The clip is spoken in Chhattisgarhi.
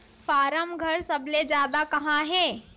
फारम घर सबले जादा कहां हे